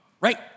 right